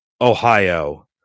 Ohio